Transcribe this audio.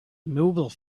mobile